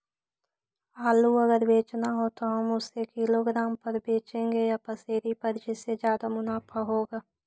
आलू अगर बेचना हो तो हम उससे किलोग्राम पर बचेंगे या पसेरी पर जिससे ज्यादा मुनाफा होगा?